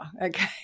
okay